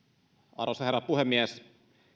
arvoisa herra puhemies